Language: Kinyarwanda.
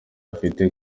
afite